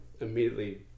immediately